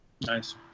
Nice